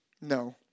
No